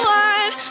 one